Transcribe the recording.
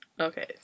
Okay